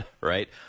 right